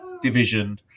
division